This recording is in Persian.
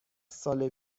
سال